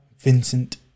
Vincent